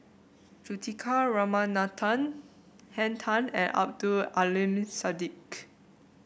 Juthika Ramanathan Henn Tan and Abdul Aleem Siddique